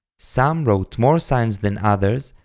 some wrote more signs than others,